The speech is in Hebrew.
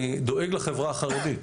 אני דואג לחברה החרדית.